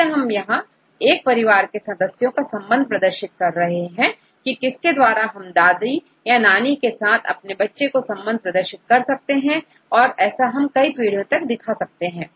जैसे हम यहां पर एक परिवार के सदस्यों का संबंध प्रदर्शित कर रहे हैं किसके द्वारा हम दादी या नानी के साथ अपने बच्चे का संबंध प्रदर्शित कर सकते हैं ऐसा हम कई पीढ़ियों तक दिखा सकते हैं